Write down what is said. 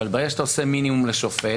ברגע שאתה עושה מינימום לשופט,